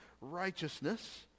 righteousness